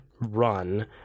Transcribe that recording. run